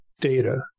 data